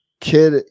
Kid